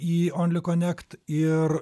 į ounly konekt ir